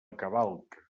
cavalca